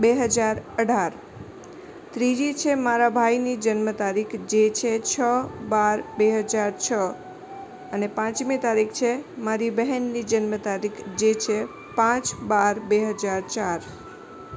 બે હજાર અઢાર ત્રીજી છે મારા ભાઇની જન્મતારીખ જે છે છ બાર બે હજાર છ અને પાંચમી તારીખ છે મારી બહેનની જન્મતારીખ જે છે પાંચ બાર બે હજાર ચાર